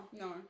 No